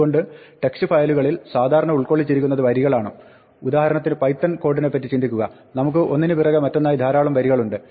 അതുകൊണ്ട് ടെക്സ്റ്റ് ഫയലുകളിൽ സാധരണ ഉൾക്കൊള്ളിച്ചിരിക്കുന്നത് വരികളാണ് ഉദാഹരണത്തിന് പൈത്തൺ കോഡിനെപ്പറ്റി ചിന്തിക്കുക നമുക്ക് ഒന്നിന് പിറകെ മറ്റൊന്നായി ധാരാളം വരികളുണ്ട്